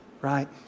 right